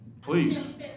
Please